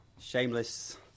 Shameless